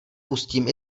pustím